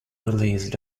released